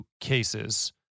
cases